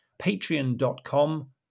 Patreon.com